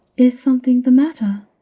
is something the matter?